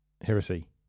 Heresy